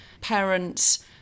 parents